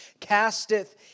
casteth